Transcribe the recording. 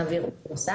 נעביר אותן.